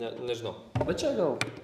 net nežinau